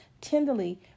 tenderly